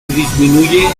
disminuye